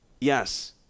yes